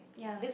ya